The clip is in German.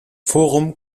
forum